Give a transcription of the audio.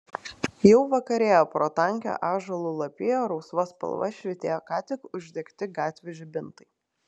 jau vakarėjo pro tankią ąžuolų lapiją rausva spalva švytėjo ką tik uždegti gatvių žibintai